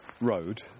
road